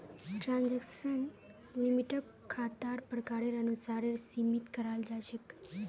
transaction लिमिटक खातार प्रकारेर अनुसारेर सीमित कराल जा छेक